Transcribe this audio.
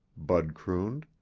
bud crooned.